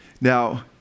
Now